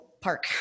park